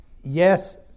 yes